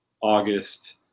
August